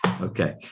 Okay